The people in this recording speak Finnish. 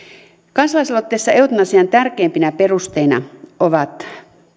kansalaisaloitteessa eutanasian tärkeimpiä perusteita ovat